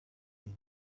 been